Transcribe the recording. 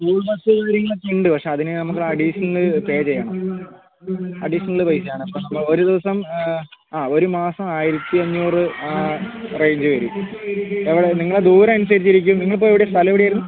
school bus കാര്യങ്ങളൊക്കെ ഉണ്ട് പക്ഷേ അതിന് നമുക്ക് അഡിഷണല് പേ ചെയ്യണം അഡിഷണൽ പൈസ ആണ് അപ്പം നമ്മൾ ഒരു ദിവസം ഒരു മാസം ആയിരത്തി അഞ്ഞൂറ് ആ റേഞ്ച് വരും എവിടെ നിങ്ങടെ ദൂരം അനുസരിച്ചിരിക്കും നിങ്ങളിപ്പോൾ എവിടെ സ്ഥലം എവിടെയായിരുന്നു